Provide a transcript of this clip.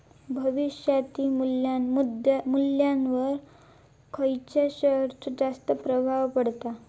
भविष्यातील मुल्ल्यावर खयच्या शेयरचो जास्त प्रभाव पडता?